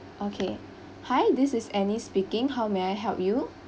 okay hi this is annie speaking how may I help you